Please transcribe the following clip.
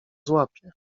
złapie